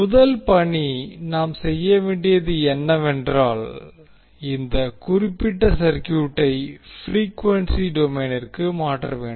முதல் பணி நாம் செய்ய வேண்டியது என்னவென்றால் இந்த குறிப்பிட்ட சர்க்யூட்டை ப்ரீக்வென்சி டொமைனிற்கு மாற்ற வேண்டும்